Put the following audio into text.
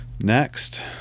next